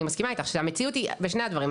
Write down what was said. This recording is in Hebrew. אני מסכימה איתך שהמציאות היא בשני הדברים,